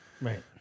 Right